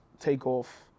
takeoff